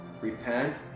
Repent